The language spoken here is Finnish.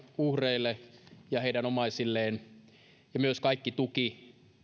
uhreille ja heidän omaisilleen ja kaikki tuki